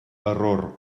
error